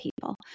people